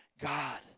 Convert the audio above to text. God